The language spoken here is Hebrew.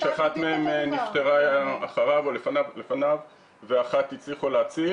אחת מהן נפטרה לפניו ואחת הצליחו להציל.